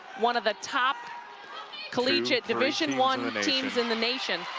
one of the top collegiate division one teams in the nation.